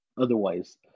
otherwise